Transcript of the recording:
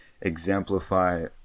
exemplify